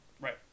right